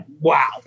Wow